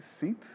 seat